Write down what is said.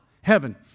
heaven